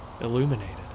Illuminated